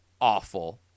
awful